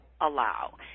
allow